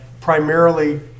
primarily